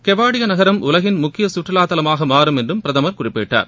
கெவாடியா நகரம் உலகின் முக்கிய சுற்றுவாத்தலமாக மாறும் என்றும் பிரதமர் குறிப்பிட்டார்